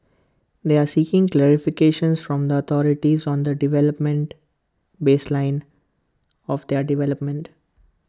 they are seeking clarifications from the authorities on the development baseline of their development